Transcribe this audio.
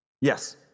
Yes